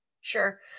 Sure